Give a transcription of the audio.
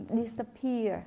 disappear